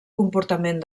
comportament